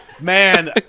Man